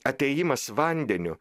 atėjimas vandeniu